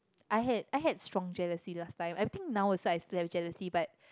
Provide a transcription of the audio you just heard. I had I had strong jealousy last time I think now I still have jealousy but